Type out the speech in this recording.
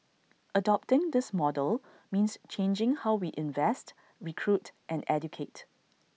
adopting this model means changing how we invest recruit and educate